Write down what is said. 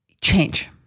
change